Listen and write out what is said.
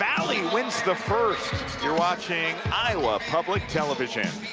valley wins the first you're watching iowa public television.